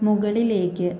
മുകളിലേക്ക്